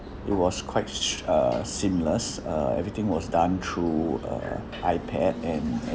it was quite sh~ uh seamless uh everything was done through uh ipad and